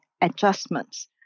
adjustments